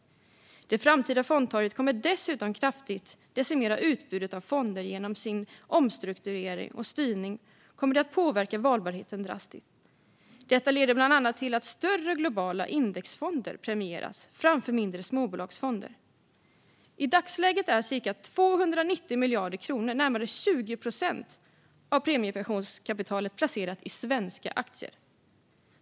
Det framtida fondtorget kommer dessutom att kraftigt decimera utbudet av fonder. Genom sin omstrukturering och styrning kommer det att påverka valbarheten drastiskt. Detta leder bland annat till att större, globala indexfonder premieras framför mindre småbolagsfonder. I dagsläget är cirka 290 miljarder kronor, närmare 20 procent, av premiepensionskapitalet placerat i svenska aktier.